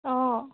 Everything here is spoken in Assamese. অ